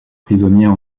prisonniers